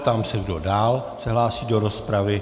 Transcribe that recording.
Ptám se, kdo dál se hlásí do rozpravy.